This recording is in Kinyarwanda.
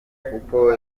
kuko